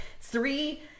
three